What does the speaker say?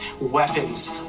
weapons